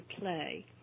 play